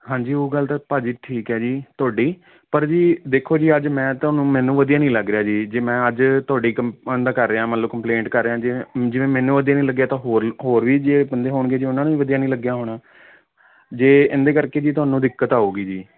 ਹਾਂਜੀ ਉਹ ਗੱਲ ਤਾਂ ਭਾਅ ਜੀ ਠੀਕ ਹੈ ਜੀ ਤੁਹਾਡੀ ਪਰ ਜੀ ਦੇਖੋ ਜੀ ਅੱਜ ਮੈਂ ਤੁਹਾਨੂੰ ਮੈਨੂੰ ਵਧੀਆ ਨਹੀਂ ਲੱਗ ਰਿਹਾ ਜੀ ਜੇ ਮੈਂ ਅੱਜ ਤੁਹਾਡੀ ਕਮ ਉਹਦਾ ਕਰ ਰਿਹਾ ਮਤਲਬ ਕੰਪਲੇਂਟ ਕਰ ਰਿਹਾ ਜੇ ਜਿਵੇਂ ਮੈਨੂੰ ਵਧੀਆ ਨਹੀਂ ਲੱਗਿਆ ਤਾਂ ਹੋਰ ਵੀ ਹੋਰ ਵੀ ਜੇ ਬੰਦੇ ਹੋਣਗੇ ਜੀ ਉਹਨਾਂ ਨੂੰ ਵੀ ਵਧੀਆ ਨਹੀਂ ਲੱਗਿਆ ਹੋਣਾ ਜੇ ਇਹਦੇ ਕਰਕੇ ਜੀ ਤੁਹਾਨੂੰ ਦਿੱਕਤ ਆਊਗੀ ਜੀ